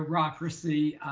bureaucracy.